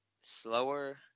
slower